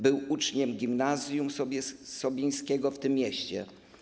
Był uczniem gimnazjum im. Sobińskiego w tym mieście.